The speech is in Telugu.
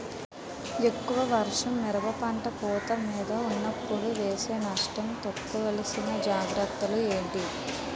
ఎక్కువ వర్షం మిరప పంట పూత మీద వున్నపుడు వేస్తే నష్టమా? తీస్కో వలసిన జాగ్రత్తలు ఏంటి?